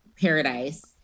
paradise